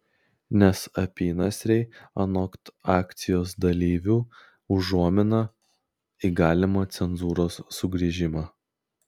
nes apynasriai anot akcijos dalyvių užuomina į galimą cenzūros sugrįžimą